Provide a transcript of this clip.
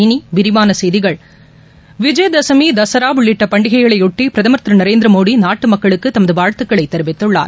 இனி விரிவான செய்திகள் விஜயதசமி தசரா உள்ளிட்ட பண்டிகைகளைபொட்டி பிரதமர் திரு நரேந்திரமோடி நாட்டு மக்களுக்கு தமது வாழ்த்துகளை தெரிவித்துள்ளார்